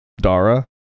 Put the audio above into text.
Dara